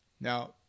Now